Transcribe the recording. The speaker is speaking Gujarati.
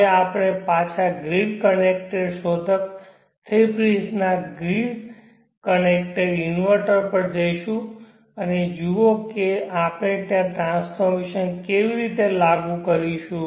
હવે આપણે પાછા ગ્રીડ કનેક્ટેડ શોધક થ્રી ફેઝ ના ગ્રીડ કનેક્ટેડ ઇન્વર્ટર પર જઈશું અને જુઓ કે આપણે ત્યાં આ ટ્રાન્સફોર્મેશન ને કેવી રીતે લાગુ કરીશું